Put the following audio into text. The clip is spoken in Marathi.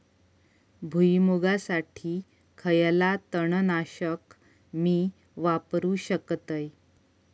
भुईमुगासाठी खयला तण नाशक मी वापरू शकतय?